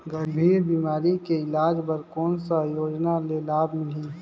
गंभीर बीमारी के इलाज बर कौन सा योजना ले लाभ मिलही?